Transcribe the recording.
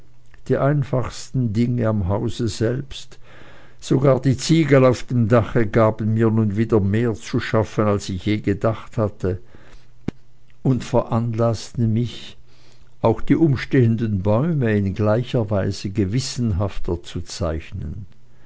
die allereinfachsten dinge am hause selbst sogar die ziegel auf dem dache gaben mir nun wieder mehr zu schaffen als ich je gedacht hatte und veranlaßten mich auch die umstehenden bäume in gleicher weise gewissenhafter zu zeichnen